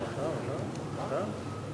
(מאגר מידע